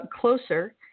closer